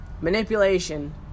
manipulation